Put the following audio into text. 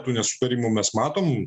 tų nesutarimų mes matom